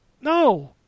No